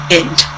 end